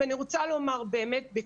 אני רוצה לומר בכנות,